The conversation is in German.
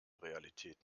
realität